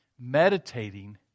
meditating